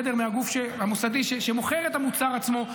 מהגוף המוסדי שמוכר את המוצר עצמו.